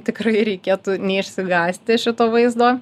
tikrai reikėtų neišsigąsti šito vaizdo